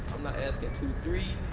asking two three.